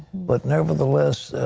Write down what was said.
but nevertheless,